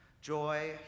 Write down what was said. Joy